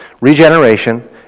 Regeneration